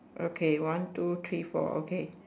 okay one two three four okay